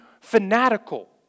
fanatical